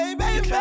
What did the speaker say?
baby